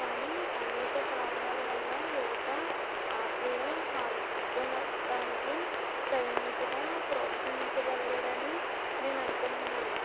కానీ అనేక కారణాలవల్ల యువత ఆటల్లో పాల్గొనడానికి తగినంతగా ప్రోత్సహించబడలేదని నేను అనుకుంటున్నాను